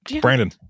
Brandon